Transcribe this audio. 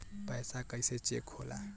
पैसा कइसे चेक होला?